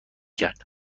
کرد